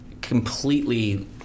completely